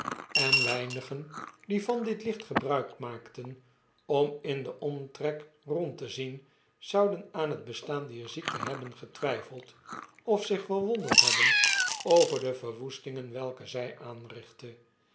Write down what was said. en weinigen die van dit licht gebruik maakten om in den omtrek rond te zien zouden aan het bestaan dier ziekte hebben getwflfeld of zich verwonderd hebben over de verwoestingen welke zjj aanrichtte